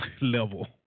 Level